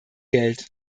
geld